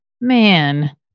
Man